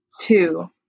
Two